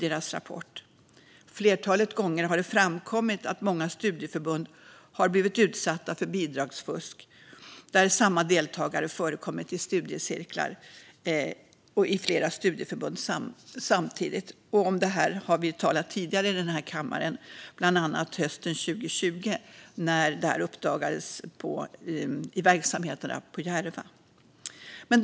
Ett flertal gånger har det framkommit att många studieförbund har blivit utsatta för bidragsfusk där samma deltagare har förekommit i flera studiecirklar och studieförbund samtidigt. Om det här har vi talat tidigare i den här kammaren, bland annat hösten 2020 när det uppdagades i verksamheterna på Järva.